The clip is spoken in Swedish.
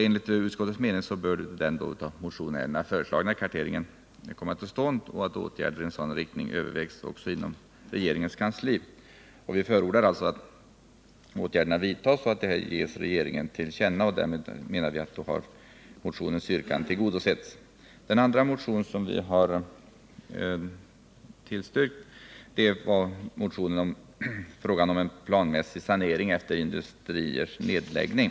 Enligt utskottets mening bör den av motionärerna föreslagna karteringen komma till stånd, och åtgärder i sådan riktning övervägs också inom regeringens kansli. Utskottet förordar alltså att sådana åtgärder vidtas och att detta ges regeringen till känna. Därmed menar vi att motionens yrkande har tillgodosetts. Den andra motionen som vi har tillstyrkt är motionen 270 som behandlar frågan om planmässig sanering efter industriers nedläggning.